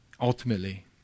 ultimately